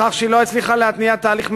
בכך שהיא לא הצליחה להתניע תהליך מדיני,